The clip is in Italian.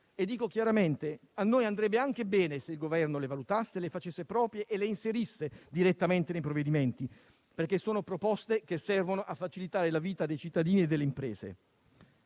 Dico chiaramente che a noi andrebbe anche bene se il Governo le valutasse, le facesse proprie e le inserisse direttamente nei provvedimenti, perché sono proposte che servono a facilitare la vita dei cittadini e delle imprese.